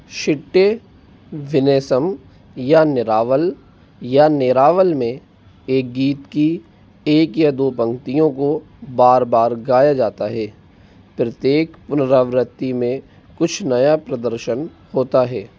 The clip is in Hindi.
शिट्य विनयसम या निरावल या नेरावल में एक गीत की एक या दो पंक्तियों को बार बार गाया जाता है प्रत्येक पुनरावृत्ति में कुछ नया प्रदर्शन होता है